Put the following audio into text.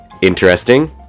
interesting